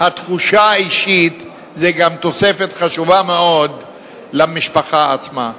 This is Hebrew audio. התחושה האישית זה גם תוספת חשובה מאוד למשפחה עצמה.